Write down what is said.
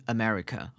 America